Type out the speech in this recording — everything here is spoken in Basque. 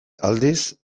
aldiz